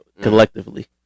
collectively